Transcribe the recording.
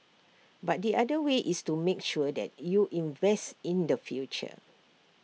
but the other way is to make sure that you invest in the future